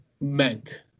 meant